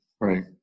right